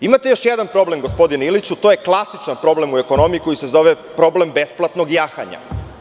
Imate još jedan problem, gospodine Iliću, to je klasičan problem u ekonomiji koji se zove problem besplatnog jahanja.